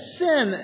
sin